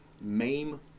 maim